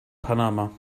panama